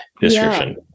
description